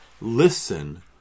listen